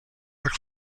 were